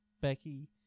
Becky